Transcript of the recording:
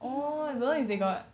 !eww!